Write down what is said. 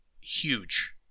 Huge